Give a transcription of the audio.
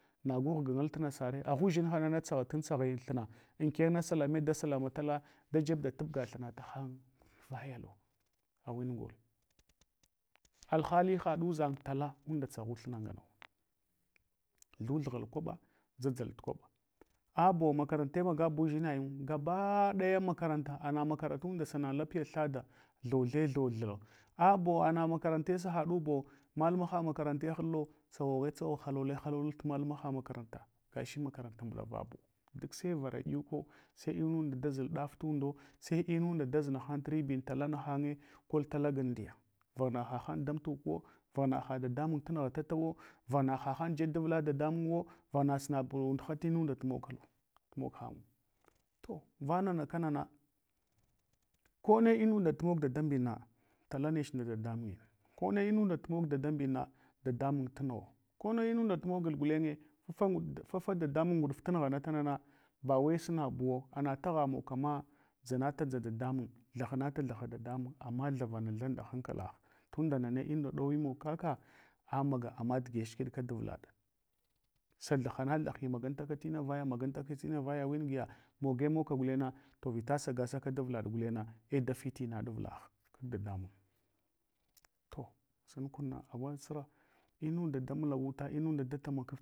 Nagu ghugal tnasare, agha udʒinhanana tsaghatan tsaghai thina, ankenna salame da salamatala dajeb da tubga thuna tahan an haya huwa, aghueni gol. Alhali haɗ udʒang tala unda tsaghu thuna nganaw thuthgal kwaɓa, dzafdʒal tukwaɓa, abe makarante magab udʒinayinwu gabadaya makaranta, ama makarantunɗa sana lapiya thada, thothe tho thla, abo na makarante sa haɗubo malluma ha makarante hallo tsoghetsogh hallolo hallo lal malluna ha maranta. Gashi ma karanta mbɗavabu. Duk sai varadyuko sai imunda daʒul daf tundo sai inund taʒ nahan ribin tala nahange, kol talaga andiya vaghna hahan damtukuwo, vaghna na dadamun tanghatatawo, vaghna hahan jaɗ dvla daɗanunwo, bghnab sunab tundha tinunda mog hangu. To vanana kana na kone inunda tumog dadambin na taka nache nda dadamunyin, ko ne inunda tumog dadabinna dadamun tunugho kone inunda tumogul gulenye fafa dadamun nguɗuf tanughanata, bawai su na buwo, ana tagha mogkama dʒanata dʒa ɗadamun thahanata thaha dadamun ama thavanatha nda hankalagha tunda na ne ina ɗowi mog kaka, amaga amado giya dige shukvedka davlaɗ, sathahanathati magantaka tina vaya magantaka tina vaya wingiya moge mogka gulenna to vita sagasaka davlad guleng na, a da fitinaɗ avlagh kag dadamun. To sumkunna awatsura inunda damulawuta. Inunda da tamaka.